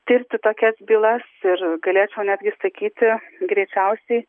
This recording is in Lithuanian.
tirti tokias bylas ir galėčiau netgi sakyti greičiausiai